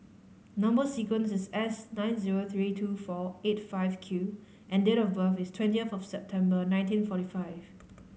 number sequence is S nine zero three two four eight five Q and date of birth is twenty of September nineteen forty five